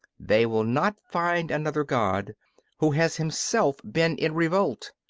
they will not find another god who has himself been in revolt.